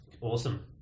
awesome